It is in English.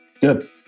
Good